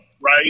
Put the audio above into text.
right